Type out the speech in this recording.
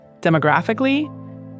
demographically